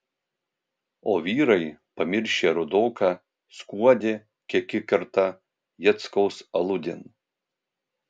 o vyrai pamiršę rudoką skuodė kiek įkerta jackaus aludėn